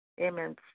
Amen